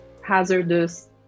hazardous